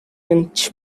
inch